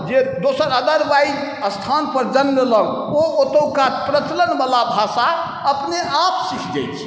जे दोसर अदरवाइज स्थानपर जन्म लेलक ओ ओतुका प्रचलनवला भाषा आपनेआप सीखि जाइ छै